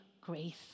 grace